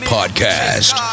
Podcast